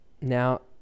now